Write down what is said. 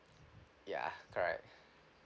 ya correct